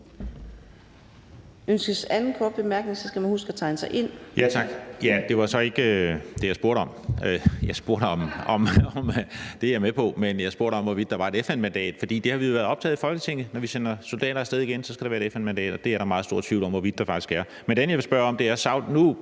Ønskes den anden korte bemærkning, skal man huske at tegne sig ind.